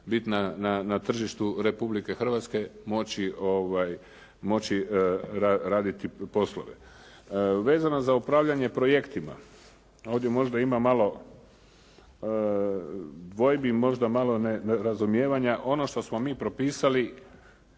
bit na tržištu Republike Hrvatske, moći raditi poslove. Vezano za upravljanje projektima. Ovdje možda ima malo dvojbi, možda malo nerazumijevanja, ono što smo mi propisali